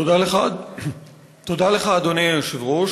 תודה לך, אדוני היושב-ראש.